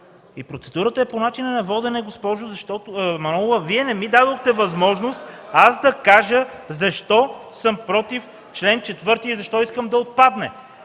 процедурата ми е по начина на водене. Госпожо Манолова, Вие не ми дадохте възможност да кажа защо съм против чл. 4 и защо искам да отпадне.